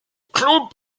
club